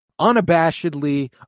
unabashedly